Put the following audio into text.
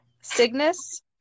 Cygnus